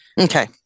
Okay